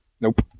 Nope